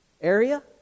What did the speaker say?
area